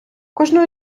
кожну